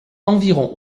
environ